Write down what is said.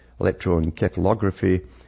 electroencephalography